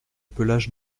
pelage